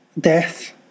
death